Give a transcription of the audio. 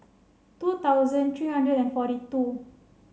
two thousand three hundred and forty two